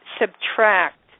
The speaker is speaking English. subtract